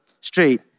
Street